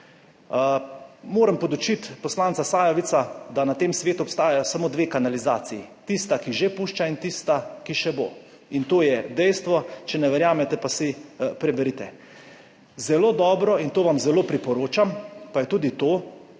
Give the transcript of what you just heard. Moram podučiti poslanca Sajovica, da na tem svetu obstajata samo dve kanalizaciji, tista, ki že pušča, in tista, ki še bo in to je dejstvo. Če ne verjamete, pa si preberite. Zelo dobro in to vam zelo priporočam, pa je tudi to,